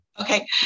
Okay